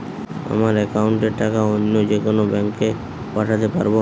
আমার একাউন্টের টাকা অন্য যেকোনো ব্যাঙ্কে পাঠাতে পারব?